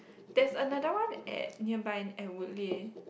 that's another one at nearby at Woodleigh